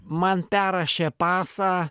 man perrašė pasą